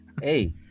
Hey